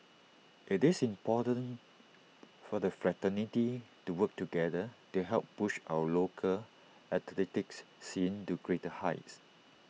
IT is important for the fraternity to work together to help push our local athletics scene to greater heights